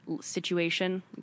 situation